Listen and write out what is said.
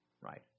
right